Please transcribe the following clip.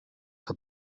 have